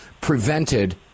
prevented